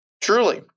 Truly